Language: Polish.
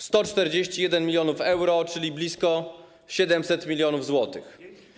141 mln euro, czyli blisko 700 mln zł.